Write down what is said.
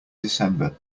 december